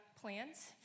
plans